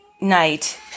night